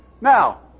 Now